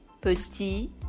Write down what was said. petit